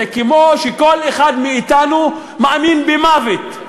זה כמו שכל אחד מאתנו מאמין במוות.